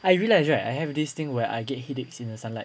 I realised right I have this thing where I get headaches in the sunlight